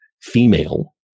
female